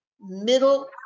middle